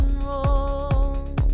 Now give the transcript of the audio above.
wrong